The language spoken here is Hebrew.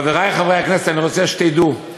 חברי חברי הכנסת, אני רוצה שתדעו: